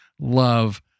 Love